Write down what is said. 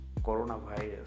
coronavirus